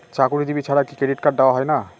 চাকুরীজীবি ছাড়া কি ক্রেডিট কার্ড দেওয়া হয় না?